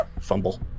fumble